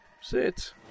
Sit